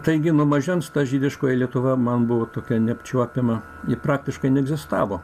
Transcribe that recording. taigi nuo mažens žydiškoji lietuva man buvo tokia neapčiuopiama ji praktiškai neegzistavo